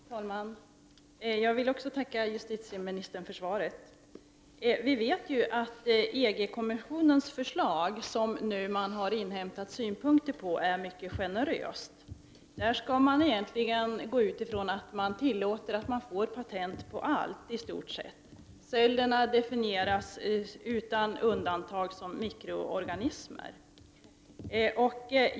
Herr talman! Även jag vill tacka justitieministern för svaret. Vi vet ju att EG-kommissionens förslag, som man nu har inhämtat synpunkter på, är mycket generöst. Enligt detta förslag skall man egentligen utgå från att det blir tillåtet att ta patent på i stort sett allt. Cellerna definieras utan undantag som mikroorganismer.